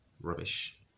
Rubbish